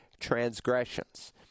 transgressions